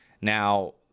Now